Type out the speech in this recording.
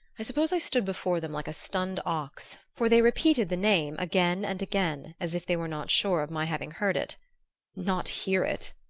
i suppose i stood before them like a stunned ox, for they repeated the name again and again, as if they were not sure of my having heard it not hear it!